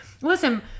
listen